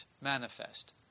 manifest